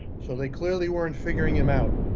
so they clearly weren't figuring him out.